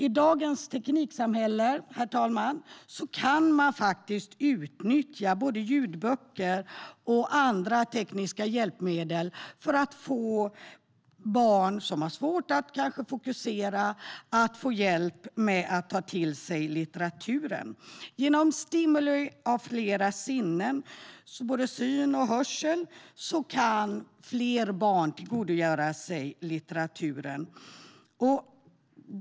I dagens tekniksamhälle, herr talman, kan man utnyttja både ljudböcker och andra tekniska hjälpmedel för att ge barn som har svårt att fokusera hjälp med att ta till sig litteraturen. Genom stimulans av flera sinnen, både syn och hörsel, kan fler barn tillgodogöra sig litteraturen.